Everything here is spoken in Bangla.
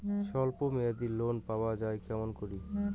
স্বল্প মেয়াদি লোন পাওয়া যায় কেমন করি?